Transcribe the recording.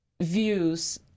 views